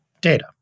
data